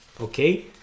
Okay